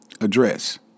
address